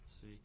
See